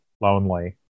lonely